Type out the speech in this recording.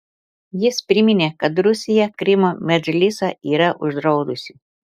jis priminė kad rusija krymo medžlisą yra uždraudusi